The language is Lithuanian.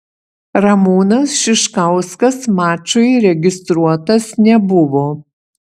ramūnas šiškauskas mačui registruotas nebuvo